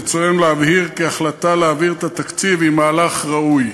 "וברצוננו להבהיר כי ההחלטה להעביר את התקציב היא מהלך ראוי".